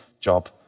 job